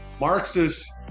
Marxist